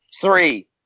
Three